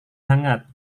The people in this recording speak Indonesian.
hangat